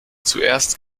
zuerst